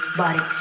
body